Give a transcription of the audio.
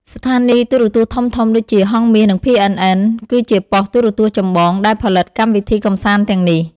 ស្ថានីយទូរទស្សន៍ធំៗដូចជា ហង្សមាស និង PNN គឺជាប៉ុស្ត៍ទូរទស្សន៍ចម្បងដែលផលិតកម្មវិធីកម្សាន្តទាំងនេះ។